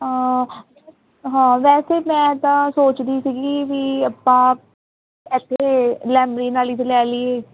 ਹਾਂ ਹਾਂ ਵੈਸੇ ਮੈਂ ਤਾਂ ਸੋਚਦੀ ਸੀਗੀ ਵੀ ਆਪਾਂ ਇੱਥੇ ਲੈਮਰੀਨ ਵਾਲ਼ੀ 'ਚ ਲੈ ਲਈਏ